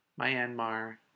Myanmar